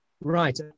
Right